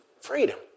freedom